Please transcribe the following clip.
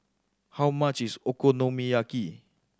how much is Okonomiyaki